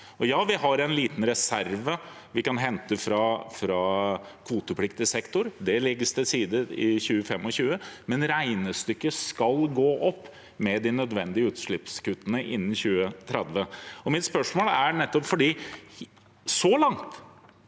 Ja, vi har en liten reserve vi kan hente fra kvotepliktig sektor, det legges til side i 2025, men regnestykket skal gå opp med de nødvendige utslippskuttene innen 2030. Jeg spør nettopp fordi